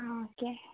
ആ ഓക്കേ